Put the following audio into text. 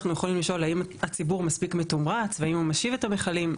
אנחנו יכולים לשאול האם הציבור מספיק מתומרץ והאם הוא משיב את המכלים.